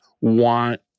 want